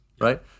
right